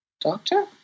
doctor